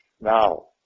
now